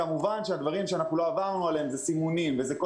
כמובן שהדברים שלא עברנו עליהם זה סימונים וכל